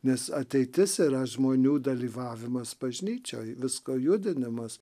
nes ateitis yra žmonių dalyvavimas bažnyčioj visko judinimas